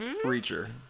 preacher